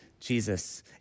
Jesus